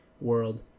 world